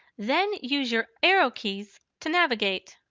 then use your arrow keys to navigate.